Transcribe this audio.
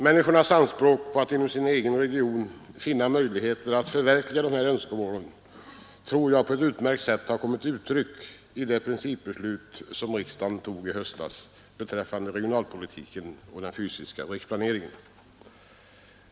Människornas anspråk på att inom sin egen region finna möjligheter att förverkliga dessa önskemål tror jag på ett utmärkt sätt har kommit till uttryck i det principbeslut som riksdagen tog i höstas beträffande regionalpolitiken och den fysiska riksplaneringen.